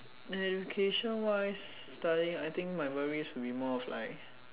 the location wise studying I think my worry should be more of like